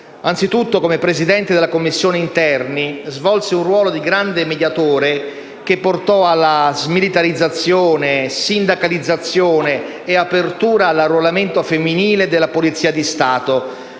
Anzitutto, come Presidente della Commissione interni svolse un ruolo di grande mediatore che portò alla smilitarizzazione, sindacalizzazione e apertura all'arruolamento femminile della Polizia di Stato,